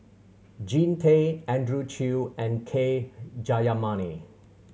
Jean Tay Andrew Chew and K Jayamani